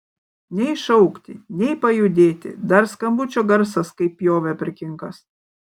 nei šaukti nei pajudėti dar skambučio garsas kaip pjovė per kinkas